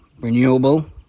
renewable